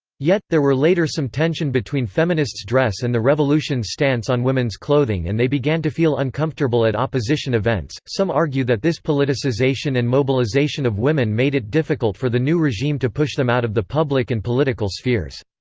yet, there were later some tension between feminists' dress and the revolution's stance on women's clothing and they began to feel uncomfortable at opposition events some argue that this politicization and mobilization of women made it difficult for the new regime to push them out of the public and political spheres.